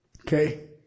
Okay